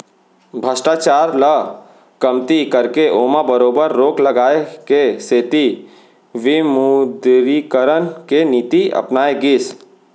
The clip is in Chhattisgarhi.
भस्टाचार ल कमती करके ओमा बरोबर रोक लगाए के सेती विमुदरीकरन के नीति अपनाए गिस